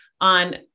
on